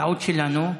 טעות שלנו.